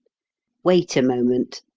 wait a moment.